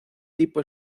tipo